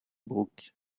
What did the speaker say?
brook